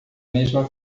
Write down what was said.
mesma